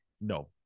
No